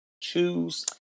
Choose